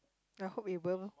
I hope it will